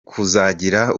kuzagira